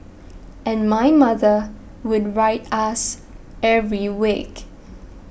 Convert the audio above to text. and my mother would write us every week